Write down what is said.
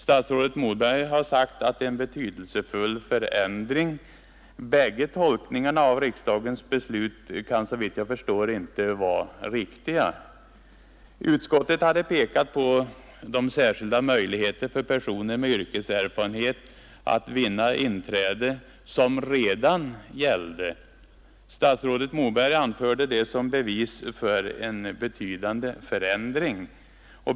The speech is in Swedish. Statsrådet Moberg har sagt att det är fråga om en betydande förändring. Bägge tolkningarna av riksdagens beslut kan inte vara riktiga! Utskottet har pekat på de särskilda möjligheter för personer med yrkeserfarenhet att vinna inträde som redan gällde. Statsrådet Moberg har anfört detta som bevis för en betydande förändring.